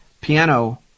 piano